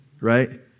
right